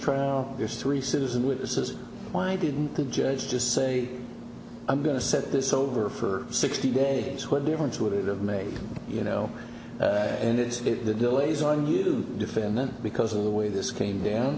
trial there's three citizen with this is why didn't the judge just say i'm going to set this over for sixty days what difference would it have made you know and it's the delays and you defend them because of the way this came down